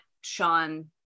Sean